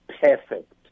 perfect